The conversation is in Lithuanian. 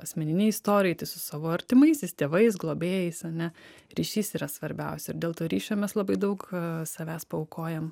asmeninėj istorijoj tai su savo artimaisiais tėvais globėjais ane ryšys yra svarbiausia ir dėl to ryšio mes labai daug savęs paaukojam